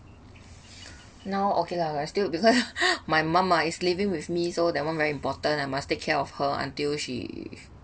now okay lah I still because my mom ah is living with me so that one very important I must take care of her until she